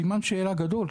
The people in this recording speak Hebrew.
סימן שאלה גדול,